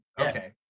okay